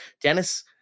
Dennis